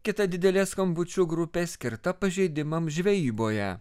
kita didelė skambučių grupė skirta pažeidimams žvejyboje